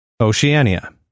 Oceania